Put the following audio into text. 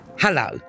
Hello